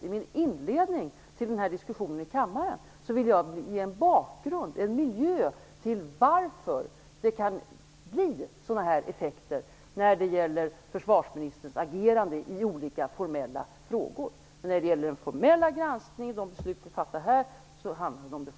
I min inledning till den här diskussionen i kammaren ville jag däremot ge en bakgrund, en miljö, till varför det kan bli sådana här effekter när det gäller försvarsministerns agerande i olika formella frågor. Men här handlar det om den formella granskningen och de beslut vi fattar här.